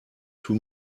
too